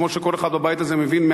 כמו שכל אחד בבית הזה מבין,